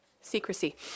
secrecy